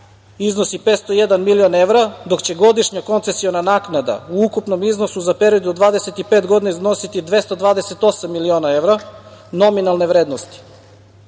iznosi 501 milion evra, dok će godišnja koncesiona naknada u ukupnom iznosu za period od 25 godina iznositi 228 miliona evra nominalne